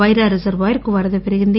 పైరా reservoir కు వరద పెరిగింది